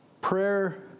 Prayer